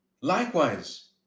Likewise